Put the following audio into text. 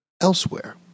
elsewhere